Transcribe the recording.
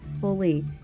fully